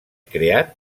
creat